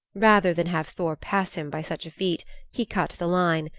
rather than have thor pass him by such a feat he cut the line,